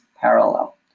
parallel